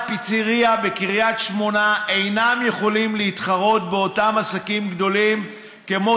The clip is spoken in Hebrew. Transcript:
פיצרייה בקריית שמונה אינם יכולים להתחרות באותם עסקים גדולים כמו